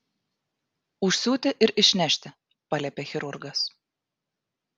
užsiūti ir išnešti paliepė chirurgas